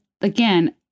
again